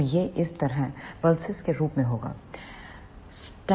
तो यह इस तरह पल्सेस के रूप में होगा